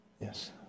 Yes